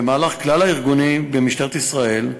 במהלך כלל-ארגוני במשטרת ישראל,